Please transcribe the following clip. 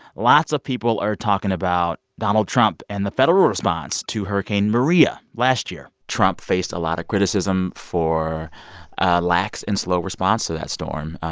lots of people are talking about donald trump and the federal response to hurricane maria. last year, trump faced a lot of criticism for lax and slow response to that storm.